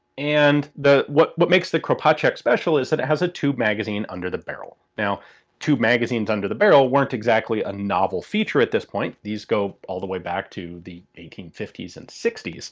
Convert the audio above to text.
and what what makes the kropatschek special is that it has a tube magazine under the barrel. now tube magazines under the barrel weren't exactly a novel feature at this point, these go all the way back to the eighteen fifty s and sixty s.